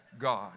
God